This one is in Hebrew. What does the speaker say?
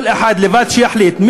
שכל אחד יחליט לבד,